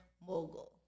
mogul